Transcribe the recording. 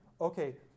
okay